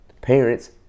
parents